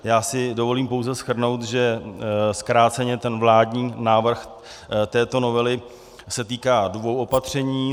Já si dovolím pouze shrnout, že, zkráceně, se ten vládní návrh této novely týká dvou opatření.